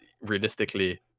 realistically